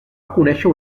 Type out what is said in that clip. conèixer